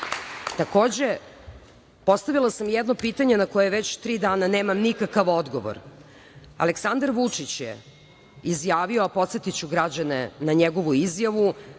radite? Takođe, postavila sam jedno pitanje na koje već tri dana nemam nikakav odgovor. Aleksandar Vučić je izjavio, a podsetiću građane na njegovu izjavu,